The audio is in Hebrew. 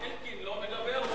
אלקין לא מדבר?